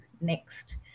Next